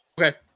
Okay